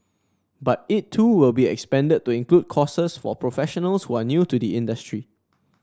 but it too will be expanded to include courses for professionals who are new to the industry